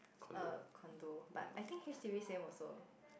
a condo but I think H_D_B same also